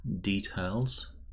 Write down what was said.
details